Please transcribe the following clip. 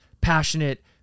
passionate